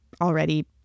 already